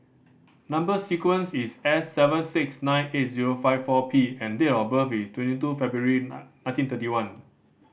number sequence is S seven six nine eight zero five four P and date of birth is twenty two February nineteen thirty one